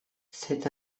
sept